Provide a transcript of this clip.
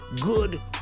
Good